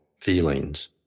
feelings